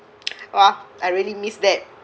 !wah! I really miss that